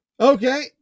okay